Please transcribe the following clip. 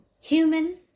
human